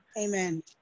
Amen